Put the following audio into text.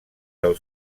del